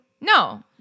No